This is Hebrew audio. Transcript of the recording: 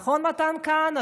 נכון, מתן כהנא?